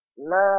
Love